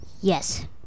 Yes